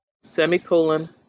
semicolon